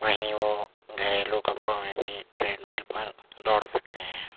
وہیں وہ گھریلو کپڑوں میں بھی ٹریڈ مل پر دوڑ سکتے ہیں